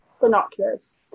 binoculars